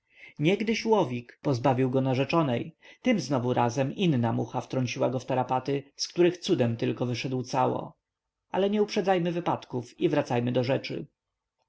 łowik pozbawił go narzeczonej tym znowu razem inna mucha wtrąciła go w tarapaty z których cudem tylko wyszedł cało ale nie uprzedzajmy wypadków i wracajmy do rzeczy